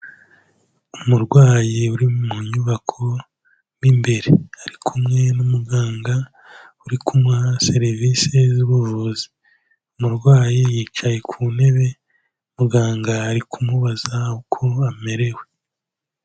Umurwayi uri mu nyubako mo imbere, ari kumwe n'umuganga uri kumuha serivisi z'ubuvuzi, umurwayi yicaye ku ntebe, muganga ari kumubaza uko amerewe.